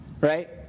Right